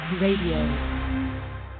Radio